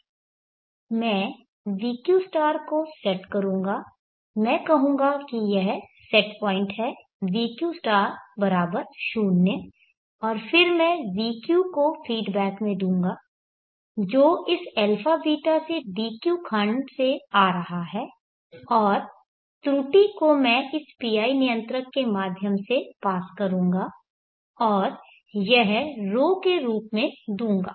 मैं vq को set करूँगा मैं कहूँगा कि यह सेट पॉइंट है vq 0 और फिर मैं vq को फीडबैक में दूंगा जो इस αβ से dq खंड से आ रहा है और त्रुटि को मैं इस PI नियंत्रक के माध्यम से पास करूँगा और यह ρ के रूप में दूंगा